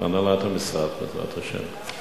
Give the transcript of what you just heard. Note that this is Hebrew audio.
להנהלת המשרד, בעזרת השם.